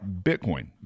Bitcoin